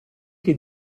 che